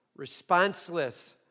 responseless